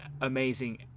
amazing